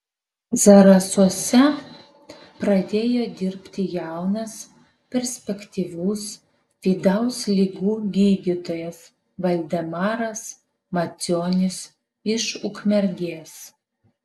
zarasuose pradėjo dirbti jaunas perspektyvus vidaus ligų gydytojas valdemaras macionis iš ukmergės